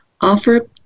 Offer